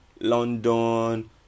London